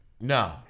No